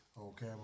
Okay